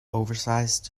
oversized